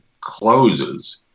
closes